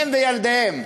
הם וילדיהם.